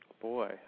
Boy